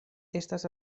estas